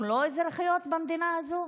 אנחנו לא אזרחיות במדינה הזאת?